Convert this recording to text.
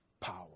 power